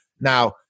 Now